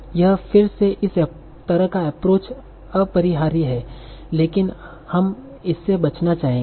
यह फिर से इस तरह का एप्रोच अपरिहार्य है लेकिन हम इससे बचना चाहेंगे